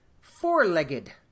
four-legged